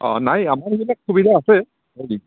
অঁ নাই আমাৰ এইবিলাক সুবিধা আছে কৰি দিম